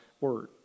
Word